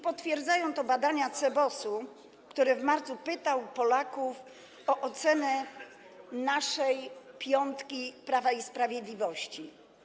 Potwierdzają to badania CBOS-u, który w marcu pytał Polaków o ocenę naszej „piątki”, „piątki” Prawa i Sprawiedliwości.